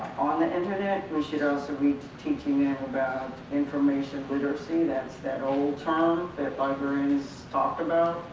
on the internet we should also be teaching them about information literacy, that's that old term that librarians talked about.